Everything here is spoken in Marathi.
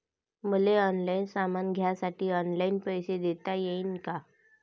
मले ऑनलाईन सामान घ्यासाठी ऑनलाईन पैसे देता येईन का?